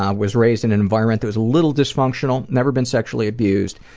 ah was raised in an environment that was a little dysfunctional. never been sexually abused.